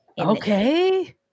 okay